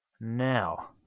now